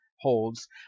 holds